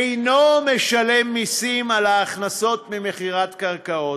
אינו משלם מסים על ההכנסות ממכירת קרקעות,